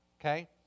okay